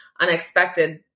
unexpected